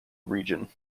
region